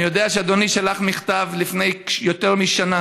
אני יודע שאדוני שלח מכתב לפני ותר משנה